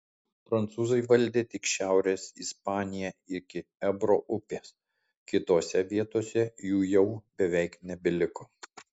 prancūzai valdė tik šiaurės ispaniją iki ebro upės kitose vietose jų jau beveik nebeliko